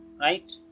Right